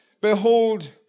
behold